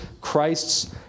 Christ's